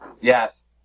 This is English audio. Yes